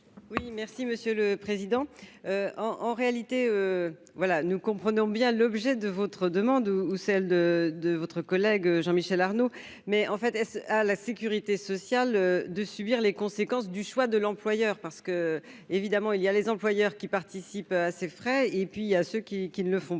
Oui, merci Monsieur le Président en en réalité voilà nous comprenons bien l'objet de votre demande ou ou celle de de votre collègue Jean Michel Arnaud, mais en fait, à la sécurité sociale de subir les conséquences du choix de l'employeur, parce que évidemment il y a les employeurs qui participe à ces frais et puis à ceux qui qui ne le font pas